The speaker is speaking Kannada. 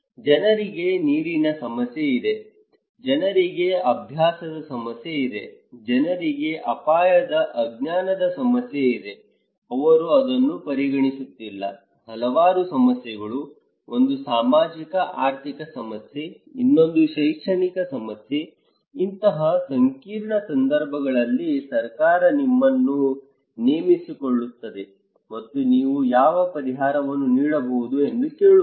ಜನರಿಗೆ ನೀರಿನ ಸಮಸ್ಯೆ ಇದೆ ಜನರಿಗೆ ಅಭ್ಯಾಸದ ಸಮಸ್ಯೆ ಇದೆ ಜನರಿಗೆ ಅಪಾಯದ ಅಜ್ಞಾನದ ಸಮಸ್ಯೆ ಇದೆ ಅವರು ಅದನ್ನು ಪರಿಗಣಿಸುತ್ತಿಲ್ಲ ಹಲವಾರು ಸಮಸ್ಯೆಗಳು ಒಂದು ಸಾಮಾಜಿಕ ಆರ್ಥಿಕ ಸಮಸ್ಯೆ ಇನ್ನೊಂದು ಶೈಕ್ಷಣಿಕ ಸಮಸ್ಯೆ ಇಂತಹ ಸಂಕೀರ್ಣ ಸಂದರ್ಭಗಳಲ್ಲಿ ಸರ್ಕಾರ ನಿಮ್ಮನ್ನು ನೇಮಿಸಿಕೊಳ್ಳುತ್ತಿದೆ ಮತ್ತು ನೀವು ಯಾವ ಪರಿಹಾರವನ್ನು ನೀಡಬಹುದು ಎಂದು ಕೇಳುತ್ತಿದೆ